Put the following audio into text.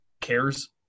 cares